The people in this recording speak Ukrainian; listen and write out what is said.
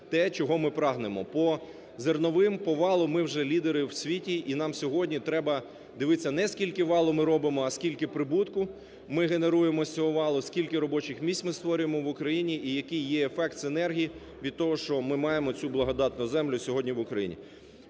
те чого ми прагнемо. По зерновим, по валу ми вже лідери у світі. І нам сьогодні треба дивитися, не скільки валу ми робимо, а скільки прибутку ми генеруємо з цього валу? Скільки робочих місць ми створюємо в Україні, і який є ефект синергії від того, що ми маємо цю благодатну землю сьогодні в Україні.